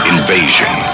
Invasion